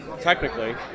technically